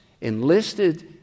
enlisted